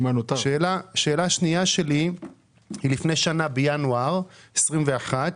שאלה שנייה, לפני שנה, בינואר 2021,